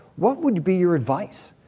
what would be your advice?